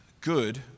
good